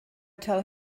tell